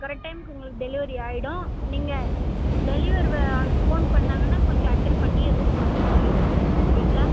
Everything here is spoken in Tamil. கரெக்ட் டைம்க்கு உங்களுக்கு டெலிவரி ஆயிடும் நீங்கள் டெலிவரி ஆள் ஃபோன் பண்ணிணாங்கன்னா கொஞ்சம் அட்டன் பண்ணி ரூட் மட்டும் சொல்லிவிட்டுடுங்க ஓகேங்களா